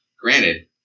Granted